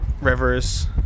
rivers